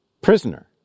prisoner